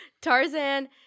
Tarzan